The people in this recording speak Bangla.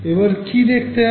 এবার কি দেখতে হবে